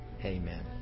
Amen